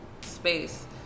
space